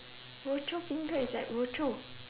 rochor beancurd is at rochor